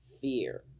fear